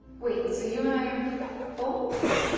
wait. so you and i are full. yeah.